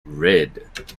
red